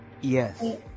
Yes